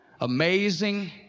Amazing